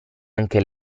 anche